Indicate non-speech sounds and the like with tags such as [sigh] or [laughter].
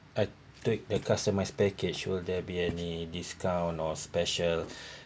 I take the customised package will there be any discount or special [breath]